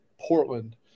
Portland